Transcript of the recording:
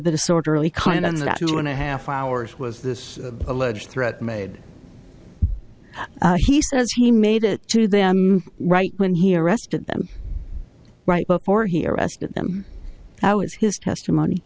two and a half hours was this alleged threat made he says he made it to them right when he arrested them right before he arrested them how is his testimony